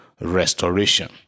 restoration